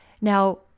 now